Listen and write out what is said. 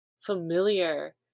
familiar